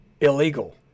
illegal